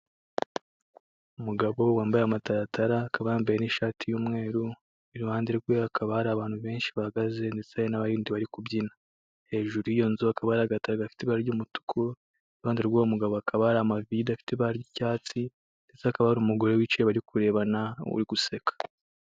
Umugabo wambaye amataratara akaba yambaye n'ishati y'umweru iruhande rwe hakaba hari abantu benshi bahagaze ndetse n'abandi bari kubyina, hejuru yiyo nzu hakaba hari agatara ibara ry'umutuku iruhande rw'uwo mugabo hakaba hari amavide afite ibara ry'icyatsi ndetse hakaba hari umugore wicaye bari kurebana uri guseka.